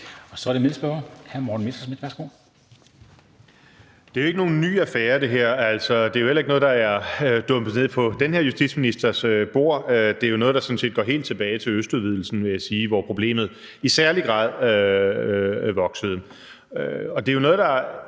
Værsgo. Kl. 13:44 Morten Messerschmidt (DF): Det her er jo ikke nogen ny affære. Det er heller ikke noget, der er dumpet ned på den her justitsministers bord. Det er jo noget, der sådan set går helt tilbage til østudvidelsen, vil jeg sige, hvormed problemet i særlig grad er vokset. Det er jo noget, der